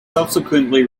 subsequently